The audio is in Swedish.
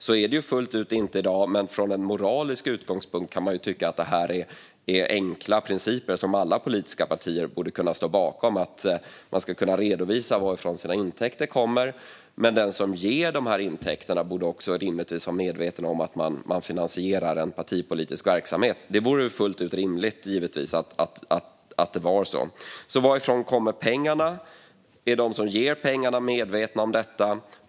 Så är det inte fullt ut i dag, men från en moralisk utgångspunkt kan man tycka att det är enkla principer som alla partier borde kunna stå bakom. Partierna ska kunna redovisa vad deras intäkter kommer från, och de som ger intäkterna borde rimligtvis vara medvetna om att de finansierar en partipolitisk verksamhet. Det är helt rimligt. Varifrån kommer pengarna? Är de som ger pengarna medvetna om detta?